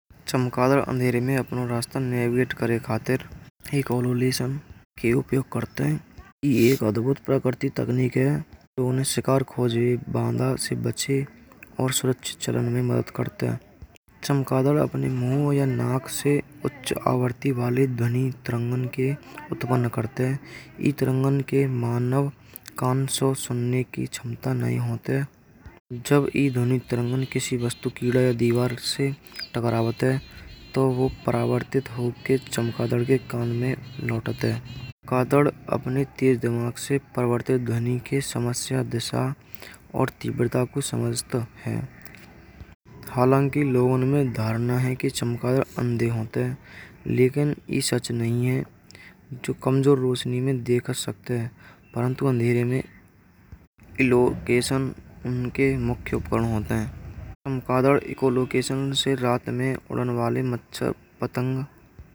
चमगादड़ अंधेरे में अपना रास्ता न खोज करें खातिर। एक लोकेशन को उपयोग करते हैं। यह अद्भुत प्रकृति तकनीक है। जो उन्हें शिकार खोजने बंधा से बचाए। और सुरक्षित चरण में मदद करते हैं। चमगादड़ अपने मुँह या नाक से उच्च आवृत्ति वाले ध्वनि तरंगें के उत्पन्न करते हैं। इस तरंगें के मानव कान सो सुनाने की क्षमता नहीं होती। जब तरंगे किसी वस्तु दीवार से टकराया जाता है। तो वह परिवर्तित होकर चमगादड़ के कान में लौटता है। चमगादड़ अपने तेज दिमाग से प्रवर्तक ध्वनि के समस्या दिशा और तीव्रता को समझता है। हालांकि लोगों में धारणा है कि चमगादड़ अंधे होते हैं। लेकिन सच नहीं है जो कमजोर रोशनी में आकर देख सकते हैं। परंतु अंधेरे में लोकेशन उनके मुख्य उद्देश्य होत है। लोकेशन से रात में उड़ान वाले मच्छर पतंग होत हैं।